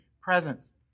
presence